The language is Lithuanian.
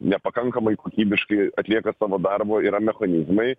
nepakankamai kokybiškai atlieka savo darbo yra mechanizmai